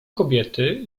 kobiety